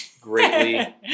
greatly